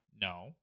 No